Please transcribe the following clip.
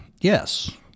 Yes